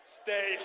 stay